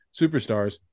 superstars